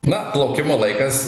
na plaukimo laikas